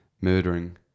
murdering